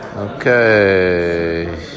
Okay